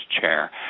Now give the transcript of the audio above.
chair